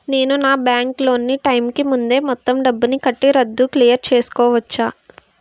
నేను నా bank loan నీ టైం కీ ముందే మొత్తం డబ్బుని కట్టి రద్దు క్లియర్ చేసుకోవచ్చా?